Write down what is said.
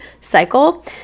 cycle